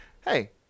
Hey